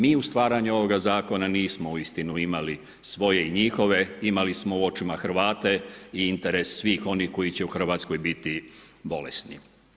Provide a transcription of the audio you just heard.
Mi u stvaranju ovoga Zakona nismo uistinu nismo imali svoje i njihove, imali smo u očima Hrvate i interes svih onih koji će u Hrvatskoj biti bolesni.